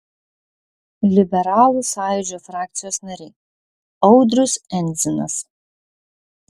liberalų sąjūdžio frakcijos nariai audrius endzinas